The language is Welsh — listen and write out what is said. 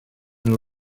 nhw